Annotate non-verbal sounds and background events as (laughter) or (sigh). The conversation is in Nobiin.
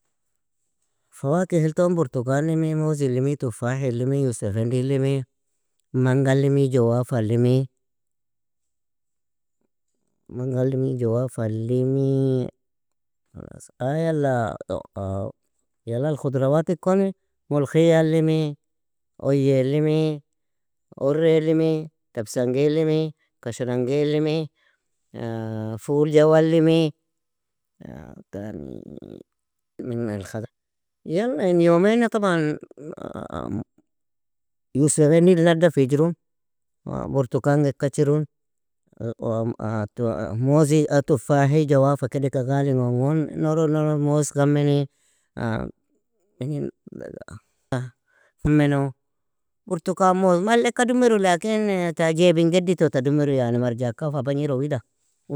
Fawakehil ton burtukanimi, mozilimi, tufahilimi, yusefafandilimi, mangalimi, jawafalimi, mangalimi, jawafalimi, (hesitation) يلا الخضروات ikoni mulkhiyalimi, oyelimi, urrelimi, tabsaangelimi, kashrangelimi, (hesitation) faul jawalimi, (hesitation) tani من الخدار يلا in yomina طبعا (hesitation) yusefafandil nadafijrun, brtukanga ekachirun, (hesitation) mozi, tufahi, جوافة, kedeka ghalingon gon, norod norod mozka, mani (unintelligible) m burtukan, moz, malleka dumiru, lakin ta jaibin geddi tota dumiru yani marjakal fa bagniru wida